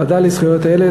בוועדה לזכויות הילד,